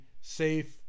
safe